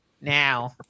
now